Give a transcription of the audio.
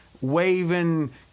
waving